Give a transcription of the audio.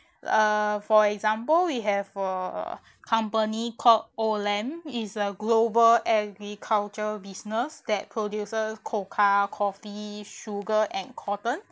uh for example we have a company called olam it's a global agriculture business that produces cocoa coffee sugar and cotton